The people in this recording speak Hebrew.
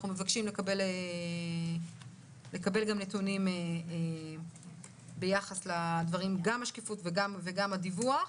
אנחנו מבקשים לקבל גם נתונים ביחס לנתונים גם של השקיפות וגם הדיווח.